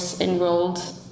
enrolled